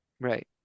Right